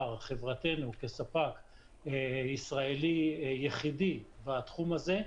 חברתנו כספק ישראלי יחידי בתחום הזה,